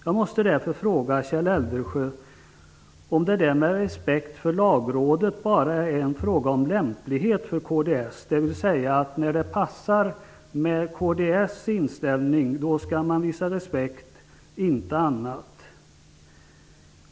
Jag måste därför fråga Kjell Eldensjö om respekten för Lagrådet bara är en fråga om lämplighet för kds, dvs. att man skall visa respekt när det passar med kds inställning och inte annars.